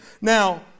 Now